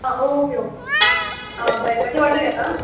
आं okay okay okay आ बरें मात्शें व्हडलो घेता